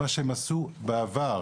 מה שהם עשו בעבר.